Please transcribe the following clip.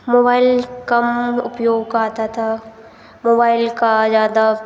mobile कम उपयोग आता था मोबाइल का ज़्यादा